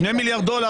שני מיליארד דולר,